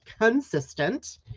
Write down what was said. consistent